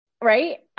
right